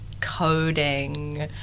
coding